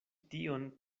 tion